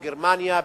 בגרמניה,